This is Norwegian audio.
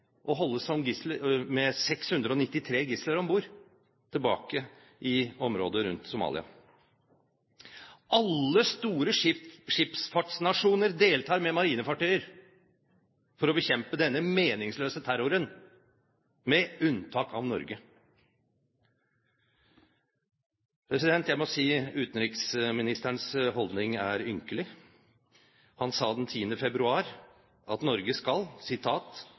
med 693 gisler om bord tilbake i området rundt Somalia. Alle store skipsfartsnasjoner deltar med marinefartøyer for å bekjempe denne meningsløse terroren, med unntak av Norge. Jeg må si utenriksministerens holdning er ynkelig. Han sa den 10. februar at Norge skal